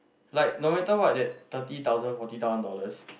like no matter what that thirty thousand forty thousand dollars